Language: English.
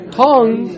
tongue